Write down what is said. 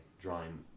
drawing